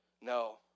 No